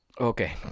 Okay